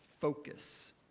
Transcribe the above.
focus